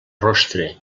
rostre